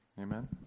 Amen